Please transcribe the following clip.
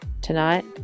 Tonight